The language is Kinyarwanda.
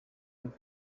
live